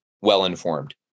well-informed